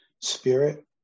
spirit